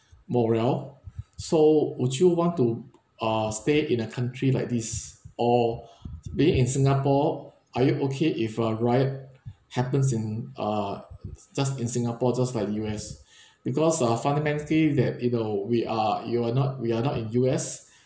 morale so would you want to ah stay in a country like this or being in singapore are you okay if a riot happens in ah just in singapore just like U_S because ah fundamentally that you know we are you are not we are not in U_S